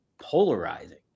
polarizing